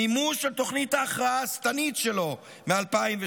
מימוש של תוכנית ההכרעה השטנית שלו מ-2017.